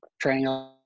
training